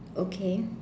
okay